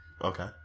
Okay